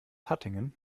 hattingen